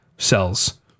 cells